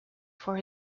for